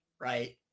right